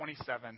27